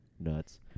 nuts